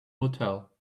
motel